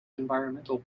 environmental